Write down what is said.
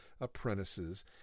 apprentices